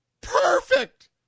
Perfect